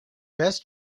best